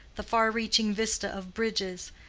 the far-reaching vista of bridges,